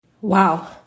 Wow